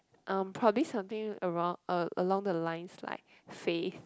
um probably something around uh along the lines like Faith